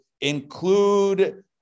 include